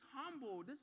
humble